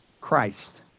Christ